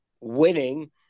winning